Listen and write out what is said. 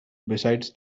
besides